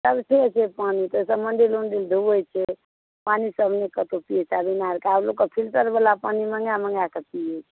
अबिते छै पानि ताहिसँ मंदील वन्दिल धोवैत छै पानि सब नहि कतहुँ पियैत छै ईनारके आब लोककेँ फिल्टर वला पानि मङ्गा मङ्गा कऽ पियैत छै